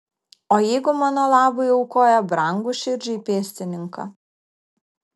o jeigu mano labui aukoja brangų širdžiai pėstininką